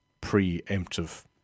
pre-emptive